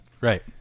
right